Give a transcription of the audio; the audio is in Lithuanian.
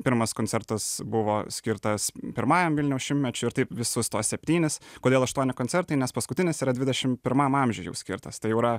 pirmas koncertas buvo skirtas pirmajam vilniaus šimtmečiui ir taip visus tuos septynis kodėl aštuoni koncertai nes paskutinis yra dvidešim pirmam amžiui jau skirtas tai jau yra